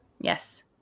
Yes